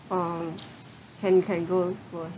uh can can go for